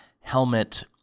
Helmet